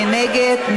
מי נגד?